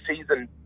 season